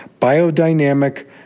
biodynamic